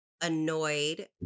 annoyed